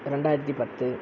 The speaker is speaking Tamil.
இரண்டாயிரத்தி பத்து